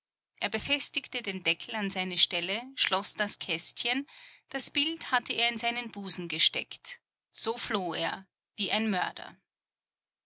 er befestigte den deckel an seine stelle schloß das kästchen das bild hatte er in seinen busen gesteckt so floh er wie ein mörder